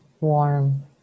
Warm